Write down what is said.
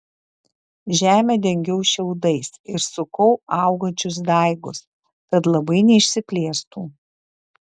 žemę dengiau šiaudais ir sukau augančius daigus kad labai neišsiplėstų